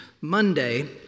Monday